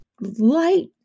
light